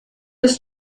ist